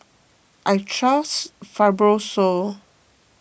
I trust Fibrosol